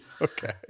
Okay